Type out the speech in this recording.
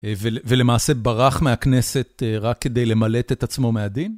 ולמעשה ברח מהכנסת רק כדי למלט את עצמו מהדין?